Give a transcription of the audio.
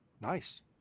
nice